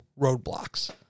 roadblocks